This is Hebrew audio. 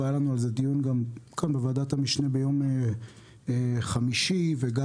והיה לנו על זה דיון כאן בוועדת המשנה ביום חמישי וגם